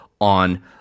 on